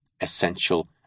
essential